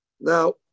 Now